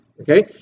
Okay